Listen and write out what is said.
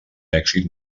èxit